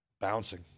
Bouncing